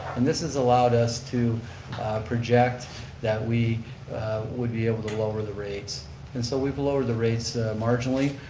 and this has allowed us to project that we would be able to lower the rates and so we've lowered the rates marginally.